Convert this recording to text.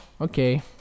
Okay